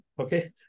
Okay